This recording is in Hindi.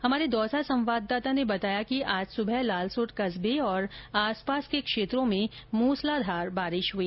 हमारे दौसा संवाददाता ने बताया कि आज सुबह लालसोट कस्बे और आसपास के इलाकों में मूसलाधार बारिश हुई